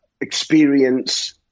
experience